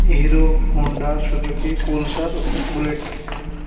Hero Honda Suzuki Pulser bullet